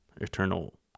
eternal